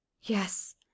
Yes